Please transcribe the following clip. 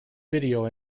video